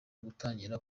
gutangira